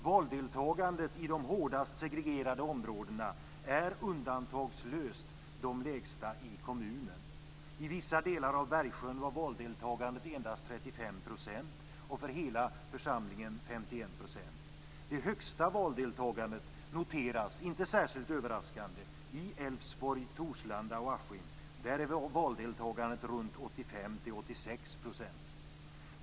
Valdeltagandet i de hårdast segregerade områdena är undantagslöst det lägsta i kommunen. I vissa delar av Bergsjön var valdeltagandet endast 35 % och för hela församlingen 51 %. Det högsta valdeltagandet noteras, inte särskilt överraskande, i Älvsborg, Torslanda och Askim. Där är valdeltagandet runt 85-86 %.